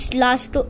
last